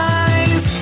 eyes